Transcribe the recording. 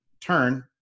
turn